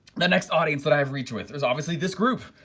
the next audience that i have reached with is obviously this group,